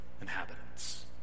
inhabitants